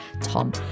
Tom